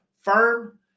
firm